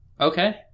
Okay